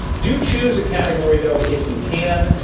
do choose a category though if you can,